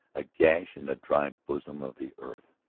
a gash in the dry bosom of the earth,